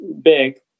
big